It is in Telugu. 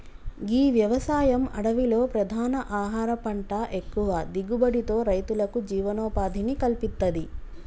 గీ వ్యవసాయం అడవిలో ప్రధాన ఆహార పంట ఎక్కువ దిగుబడితో రైతులకు జీవనోపాధిని కల్పిత్తది